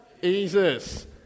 Jesus